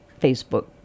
Facebook